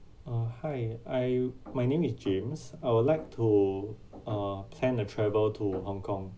uh hi I my name is james I would like to uh plan a travel to hong kong